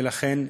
ולכן,